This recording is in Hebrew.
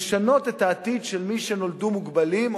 לשנות את העתיד של מי שנולדו מוגבלים,